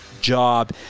job